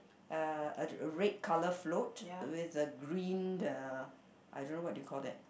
uh a red colour float with the green the I don't know what do you call that